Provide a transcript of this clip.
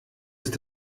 ist